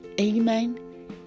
Amen